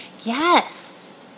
Yes